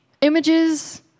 images